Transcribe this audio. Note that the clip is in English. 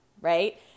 right